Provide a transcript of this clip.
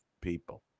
people